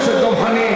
חבר הכנסת דב חנין.